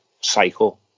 cycle